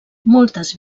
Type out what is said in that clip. moltes